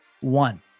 one